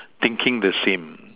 thinking the same